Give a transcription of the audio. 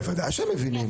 בוודאי שהם מבינים.